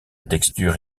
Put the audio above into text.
texture